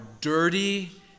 dirty